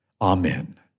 Amen